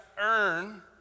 earn